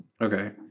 Okay